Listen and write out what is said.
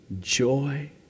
joy